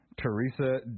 Teresa